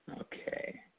Okay